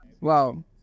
Wow